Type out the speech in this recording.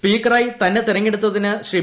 സ്പീക്കറായി തന്നെ തെരഞ്ഞെട്ടുത്തതിന് ശ്രീ